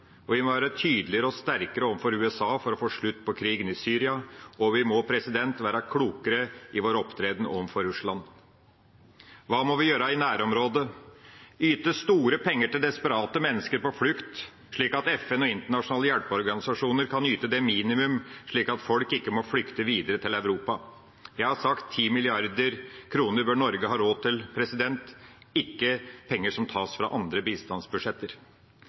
og Libya, og vi må være tydeligere og sterkere overfor USA for å få slutt på krigen i Syria, og vi må være klokere i vår opptreden overfor Russland. Hva må vi gjøre i nærområdet? Vi må yte store penger til desperate mennesker på flukt, slik at FN og internasjonale hjelpeorganisasjoner kan yte et minimum slik at folk ikke må flykte videre til Europa. Jeg har sagt at 10 mrd. kr bør Norge ha råd til, ikke penger som tas fra andre bistandsbudsjetter.